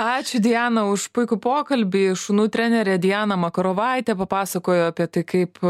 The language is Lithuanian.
ačiū diana už puikų pokalbį šunų trenerė diana makarovaitė papasakojo apie tai kaip